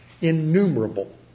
Innumerable